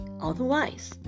otherwise